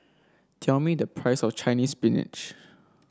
tell me the price of Chinese Spinach